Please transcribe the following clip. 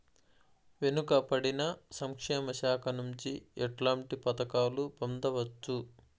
వెనుక పడిన సంక్షేమ శాఖ నుంచి ఎట్లాంటి పథకాలు పొందవచ్చు?